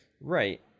Right